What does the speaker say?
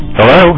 Hello